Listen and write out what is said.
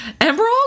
Emerald